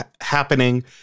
happening